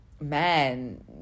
man